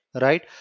right